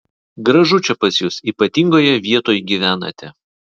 gražu čia pas jus ypatingoje vietoj gyvenate